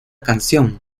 canción